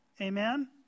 Amen